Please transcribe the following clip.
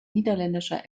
niederländischer